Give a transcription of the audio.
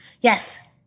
Yes